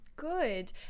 Good